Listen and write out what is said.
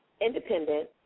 Independent